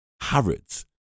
Harrods